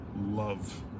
love